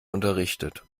unterrichtet